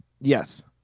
yes